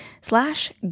slash